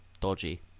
dodgy